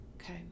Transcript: Okay